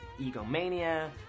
egomania